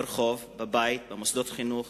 ברחוב, בבית, במוסדות חינוך,